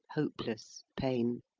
hopeless pain.